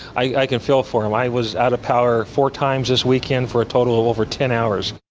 i i can feel for them, i was out of power four times this weekend, for a total of over ten hours.